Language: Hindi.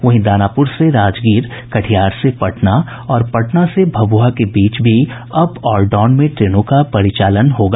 वहीं दानापुर से राजगीर कटिहार से पटना और पटना से भभुआ के बीच भी अप और डाउन में ट्रेनों का परिचालन होगा